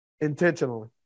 intentionally